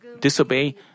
disobey